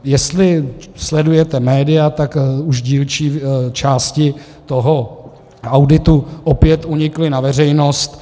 Jestli sledujete média, tak už dílčí části toho auditu opět unikly na veřejnost.